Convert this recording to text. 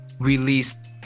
released